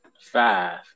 five